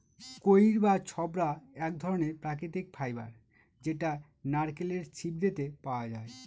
কইর বা ছবড়া এক ধরনের প্রাকৃতিক ফাইবার যেটা নারকেলের ছিবড়েতে পাওয়া যায়